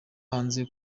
hanze